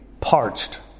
parched